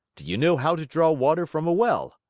do you know how to draw water from a well?